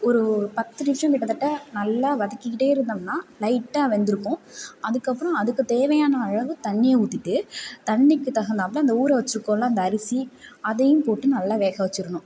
ஒரு பத்து நிமிஷம் கிட்டத்தட்ட நல்லா வதக்கிக்கிட்டே இருந்தோம்னா லைட்டாக வெந்திருக்கும் அதுக்கு அப்புறம் அதுக்கு தேவையான அளவு தண்ணீயை ஊற்றிட்டு தண்ணீருக்கு தகுந்தால்போல அந்த ஊற வச்சிருக்கோம்ல இந்த அரிசி அதையும் போட்டு நல்லா வேகவச்சிரணும்